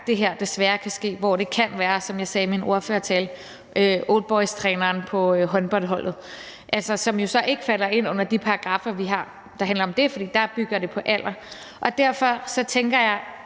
gang det her desværre kan ske, hvor det kan være, som jeg sagde i min ordførertale, oldboystræneren på håndboldholdet, som jo så altså ikke falder ind under de paragraffer, vi har, der handler om det, fordi det der bygger på alder? Og derfor tænker jeg,